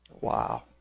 Wow